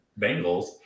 Bengals